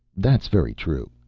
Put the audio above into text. that's very true.